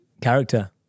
Character